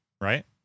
right